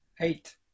Eight